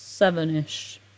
seven-ish